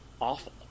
awful